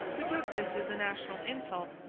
who took this as a national insult,